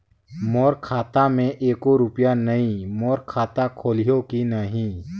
मोर खाता मे एको रुपिया नइ, मोर खाता खोलिहो की नहीं?